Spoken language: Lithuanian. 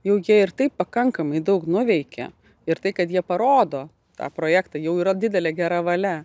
jau jie ir taip pakankamai daug nuveikė ir tai kad jie parodo tą projektą jau yra didelė gera valia